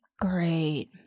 Great